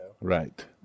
right